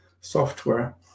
software